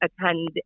attend